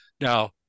Now